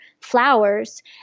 flowers